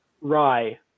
rye